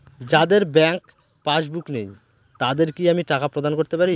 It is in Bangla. যাদের ব্যাংক পাশবুক নেই তাদের কি আমি টাকা প্রদান করতে পারি?